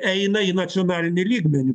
eina į nacionalinį lygmenį